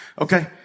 Okay